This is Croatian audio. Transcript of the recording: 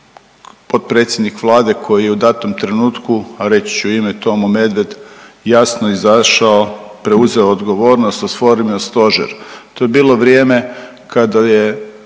spominje potpredsjednik Vlade koji je u datom trenutku, a reći ću i ime Tomo Medved, jasno izašao, preuzeo odgovornost, oformio stožer.